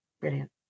Brilliant